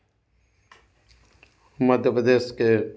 मध्यप्रदेश के